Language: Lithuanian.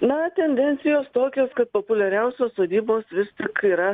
na tendencijos tokios kad populiariausios sodybos vis tik yra